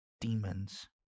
demons